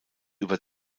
über